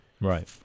Right